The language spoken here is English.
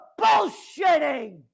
bullshitting